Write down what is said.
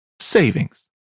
savings